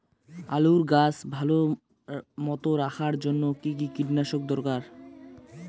আলুর গাছ ভালো মতো রাখার জন্য কী কী কীটনাশক দরকার?